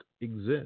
exist